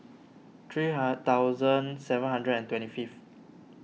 three ha thousand seven hundred and twenty fifth